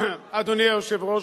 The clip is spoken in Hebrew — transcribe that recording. אדוני היושב-ראש,